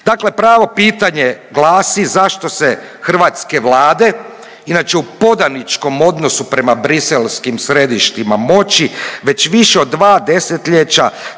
Dakle, pravo pitanje glasi. Zašto se hrvatske vlade inače u podaničkom odnosu prema briselskim središtima moći već više od dva desetljeća